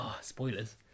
Spoilers